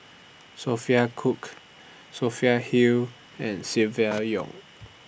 Sophia Cooke Sophia Hull and Silvia Yong